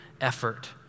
effort